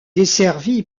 desservi